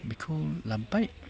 बेखौ लाबोबाय